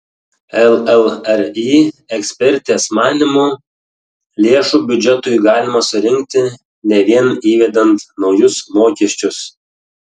llri ekspertės manymu lėšų biudžetui galima surinkti ne vien įvedant naujus mokesčius